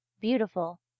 beautiful